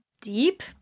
deep